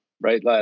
right